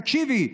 תקשיבי.